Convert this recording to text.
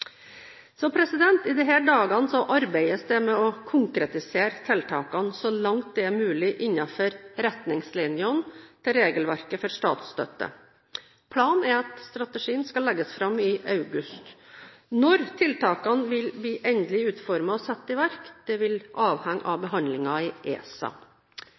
så langt det er mulig innenfor retningslinjene til regelverket for statsstøtte. Planen er at strategien skal legges fram i august. Når tiltakene vil bli endelig utformet og satt i verk, vil avhenge av behandlingen i ESA.